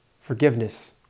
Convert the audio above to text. forgiveness